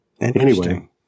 Interesting